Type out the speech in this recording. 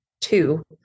two